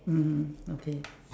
mmhmm okay